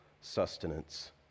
sustenance